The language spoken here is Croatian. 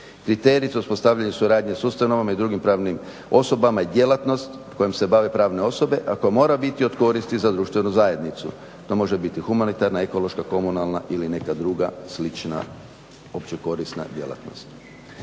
Kriterij za uspostavljanje suradnje s ustanovama i drugim pravnim osobama je djelatnost kojom se bave pravne osobe, a koja mora biti od koristi za društvenu zajednicu. To može biti humanitarna, ekološka, komunalna ili neka druga slična općekorisna djelatnost.